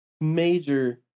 major